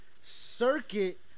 circuit